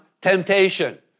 temptation